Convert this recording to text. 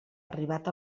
arribat